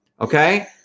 okay